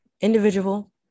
individual